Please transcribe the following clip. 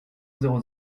zéro